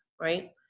right